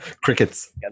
crickets